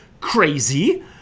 crazy